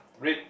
red